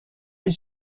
les